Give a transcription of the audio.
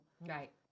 Right